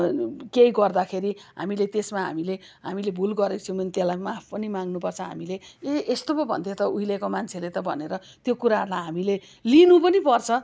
केही गर्दाखेरि हामीले त्यसमा हामीले हामीले भुल गरेको छौँ भने त्यसलाई माफ पनि माग्नुपर्छ हामीले ए यस्तो पो भन्थ्यो त उहिलेको मान्छेले त भनेर त्यो कुराहरूलाई हामीले लिनु पनि पर्छ